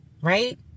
right